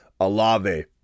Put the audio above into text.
Alave